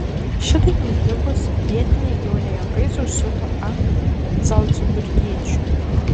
šitaip nutikus vietiniai jau ne juokais užsiuto ant zalcburgiečių